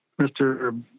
Mr